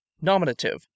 nominative